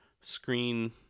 screen